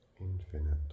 infinite